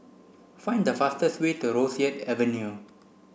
find the fastest way to Rosyth Avenue